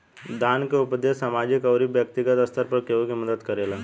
दान के उपदेस सामाजिक अउरी बैक्तिगत स्तर पर केहु के मदद करेला